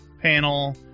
Panel